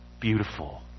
beautiful